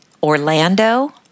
Orlando